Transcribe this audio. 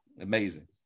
amazing